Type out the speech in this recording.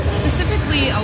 specifically